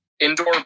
Indoor